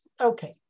Okay